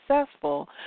successful